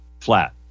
flat